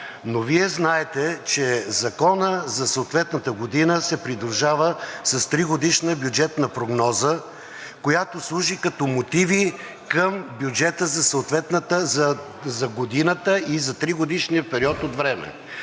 но Вие знаете, че Законът за съответната година се придружава с тригодишна бюджетна прогноза, която служи като мотиви към бюджета за годината и за тригодишния период от време.